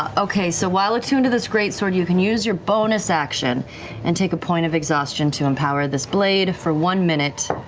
ah so while attuned to this greatsword, you can use your bonus action and take a point of exhaustion to empower this blade. for one minute,